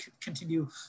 continue